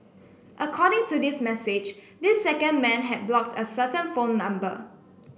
according to this message this second man had blocked a certain phone number